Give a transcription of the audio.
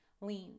lean